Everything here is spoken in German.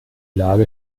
lage